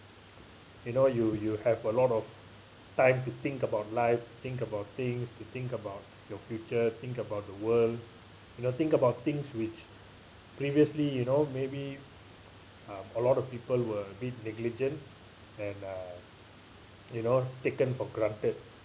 you know you you have a lot of time to think about life think about things to think about your future think about the world you know think about things which previously you know maybe uh a lot of people were a bit negligent and uh you know taken for granted